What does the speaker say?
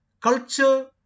culture